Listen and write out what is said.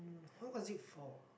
when was it for